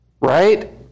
right